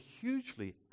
hugely